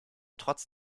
trotz